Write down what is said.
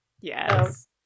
Yes